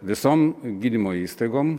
visom gydymo įstaigom